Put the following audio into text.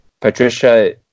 Patricia